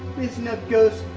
listen up ghost,